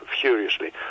furiously